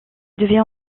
devient